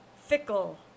fickle